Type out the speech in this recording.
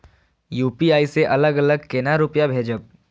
UPI से अलग अलग केना रुपया भेजब